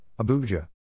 Abuja